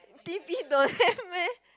T_P don't have meh